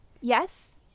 Yes